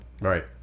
Right